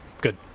Good